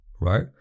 right